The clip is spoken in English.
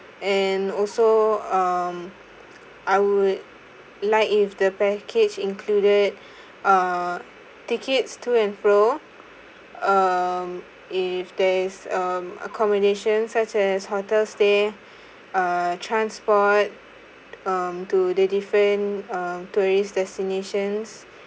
and also um I would like if the package included uh tickets to and fro um if there is um accommodation such as hotel stay uh transport um to the different uh tourist destination